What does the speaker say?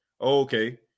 Okay